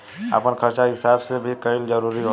आपन खर्चा के हिसाब भी कईल जरूरी होला